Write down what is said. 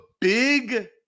big